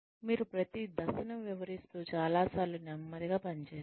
మీరు ప్రతి దశను వివరిస్తూ చాలాసార్లు నెమ్మదిగా పని చేస్తారు